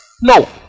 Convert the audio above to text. No